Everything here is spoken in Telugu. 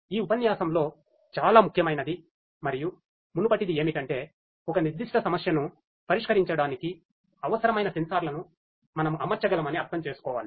కానీ ఈ ఉపన్యాసంలో చాలా ముఖ్యమైనది మరియు మునుపటిది ఏమిటంటే ఒక నిర్దిష్ట సమస్యను పరిష్కరించడానికి అవసరమైన సెన్సార్లను మనం అమర్చగలమని అర్థం చేసుకోవాలి